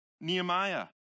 Nehemiah